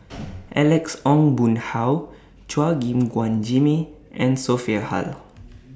Alex Ong Boon Hau Chua Gim Guan Jimmy and Sophia Hull